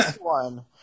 one